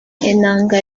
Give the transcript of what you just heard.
enanga